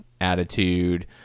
attitude